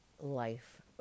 life